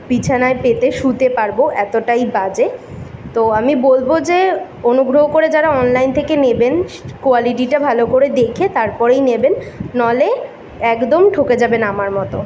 বিছানায় পেতে শুতে পারবো এতোটাই বাজে তো আমি বলবো যে অনুগ্রহ করে যারা অনলাইন থেকে নেবেন সে কোয়ালিটিটা ভালো করে দেখে তার পরেই নেবেন নইলে একদম ঠকে যাবেন আমার মতো